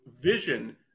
vision